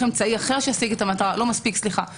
אמצעי אחר שישיג את המטרה סליחה,